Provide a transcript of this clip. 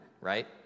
right